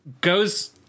goes